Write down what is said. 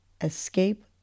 escape